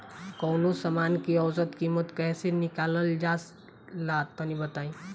कवनो समान के औसत कीमत कैसे निकालल जा ला तनी बताई?